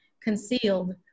concealed